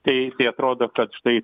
tai tai atrodo kad štai